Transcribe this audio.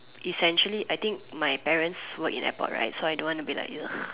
essentially I think my parents work in airport right so I don't want to be like ugh